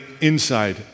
inside